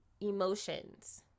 Emotions